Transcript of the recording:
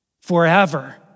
Forever